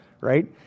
right